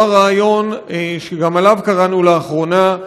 או הרעיון, שגם עליו קראנו לאחרונה,